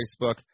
Facebook